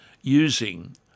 using